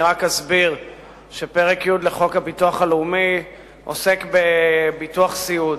אני רק אסביר שפרק י' לחוק הביטוח הלאומי עוסק בביטוח סיעוד,